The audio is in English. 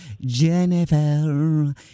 Jennifer